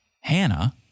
Hannah